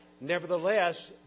nevertheless